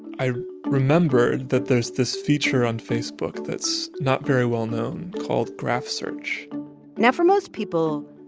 i remembered that there's this feature on facebook that's not very well known called graph search now, for most people,